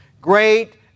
great